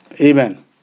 Amen